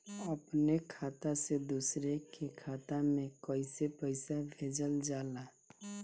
अपने खाता से दूसरे के खाता में कईसे पैसा भेजल जाला?